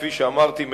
כפי שאמרתי,